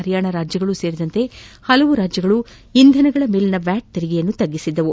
ಪರಿಯಾಣ ರಾಜ್ಲಗಳೂ ಸೇರಿದಂತೆ ವಿವಿಧ ರಾಜ್ಲಗಳು ಇಂಧನಗಳ ಮೇಲಿನ ವ್ಲಾಟ್ ತೆರಿಗೆಯನ್ನು ತ್ಗುಸಿದ್ದವು